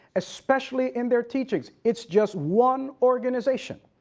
especially in their teachings. it's just one organization.